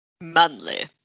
Manly